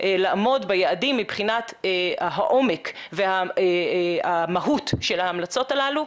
לעמוד ביעדים מבחינת העומק והמהות של ההמלצות הללו.